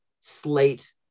slate